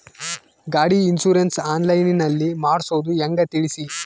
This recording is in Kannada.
ಗಾಡಿ ಇನ್ಸುರೆನ್ಸ್ ಆನ್ಲೈನ್ ನಲ್ಲಿ ಮಾಡ್ಸೋದು ಹೆಂಗ ತಿಳಿಸಿ?